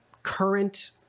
current